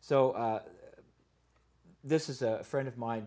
so this is a friend of mine